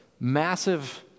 Massive